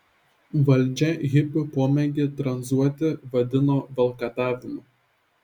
valdžia hipių pomėgį tranzuoti vadino valkatavimu